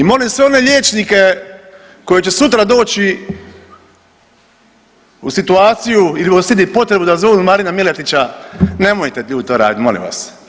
I molim sve one liječnike koji će sutra doći u situaciju ili osjetit potrebu da zovnu Marina Miletića, nemojte ljudi to raditi molim vas!